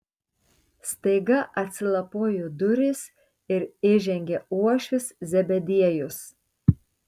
staiga atsilapojo durys ir įžengė uošvis zebediejus